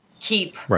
keep